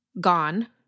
gone